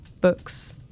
books